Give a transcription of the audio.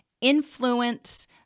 influence